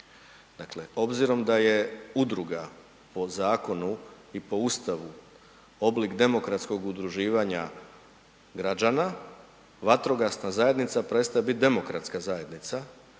Dakle obzirom da je udruga po zakonu i po Ustavu oblik demokratskog udruživanja građana, vatrogasna zajednica prestaje biti demokratska zajednica